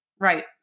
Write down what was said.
Right